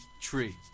tree